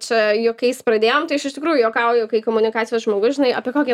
čia juokais pradėjom tai aš iš tikrųjų juokauju kai komunikacijos žmogus žinai apie kokį